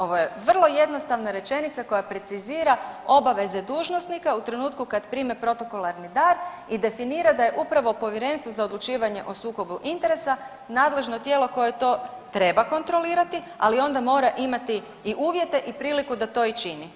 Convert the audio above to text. Ovo je vrlo jednostavna rečenica koja precizira obaveze dužnosnika u trenutku kad prime protokolarni dar i definira da je upravo Povjerenstvo za odlučivanje o sukobu interesa nadležno tijelo koje to treba kontrolirati, ali onda mora imati i uvjete i priliku da to i čini.